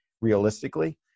realistically